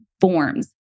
forms